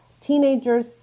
teenagers